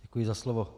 Děkuji za slovo.